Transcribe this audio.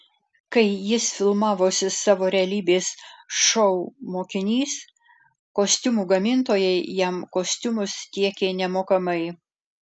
kai jis filmavosi savo realybės šou mokinys kostiumų gamintojai jam kostiumus tiekė nemokamai